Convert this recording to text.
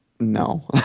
No